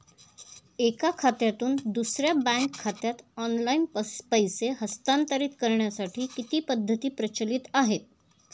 एका खात्यातून दुसऱ्या बँक खात्यात ऑनलाइन पैसे हस्तांतरित करण्यासाठी किती पद्धती प्रचलित आहेत?